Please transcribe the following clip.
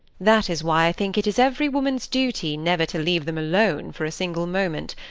that is why i think it is every woman's duty never to leave them alone for a single moment,